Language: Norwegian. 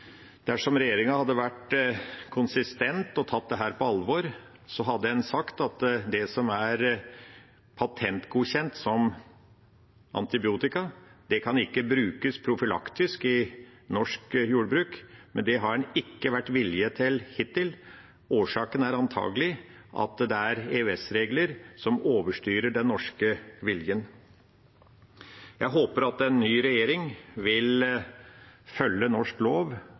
dersom regjeringa hadde vært konsistent og tatt dette på alvor, hadde en sagt at det som er patentgodkjent som antibiotika, ikke kan brukes profylaktisk i norsk jordbruk, men det har det ikke vært vilje til hittil. Årsaken er antakelig at det er EØS-regler som overstyrer den norske viljen. Jeg håper at en ny regjering vil følge norsk lov